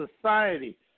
society